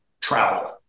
travel